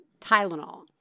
Tylenol